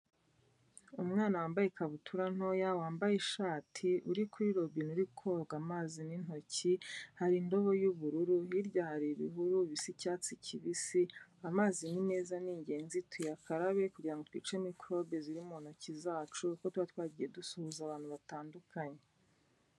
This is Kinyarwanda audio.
Umwana wambaye ikabutura ntoya, wambaye ishati uri kuri robine uri koga amazi n'intoki, hari indobo y'ubururu, hirya hari ibihuru bisa icyatsi kibisi, amazi ni meza ni ingenzi tuyakarabe kugira ngo twice mikorobe ziri mu ntoki zacu kuko tuba twagiye dusuhuza abantu batandukanye.